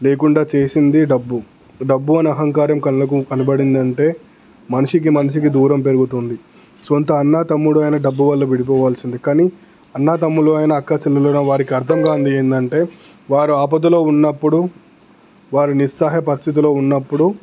లేకుండా చేసింది డబ్బు డబ్బు అనే అహంకారం కళ్ళకు కనబడింది అంటే మనిషికి మనిషికి దూరం పెరుగుతుంది సొంత అన్నా తమ్ముడైన డబ్బు వల్ల విడిపోవాల్సిందే కానీ అన్నదమ్ములు ఆయన అక్క చెల్లెలు వారికి అర్థం కానిది ఏందంటే వారు ఆపదలో ఉన్నప్పుడు వారు నిస్సాయ పరిస్థితుల్లో ఉన్నప్పుడు